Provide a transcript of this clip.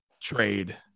trade